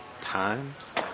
times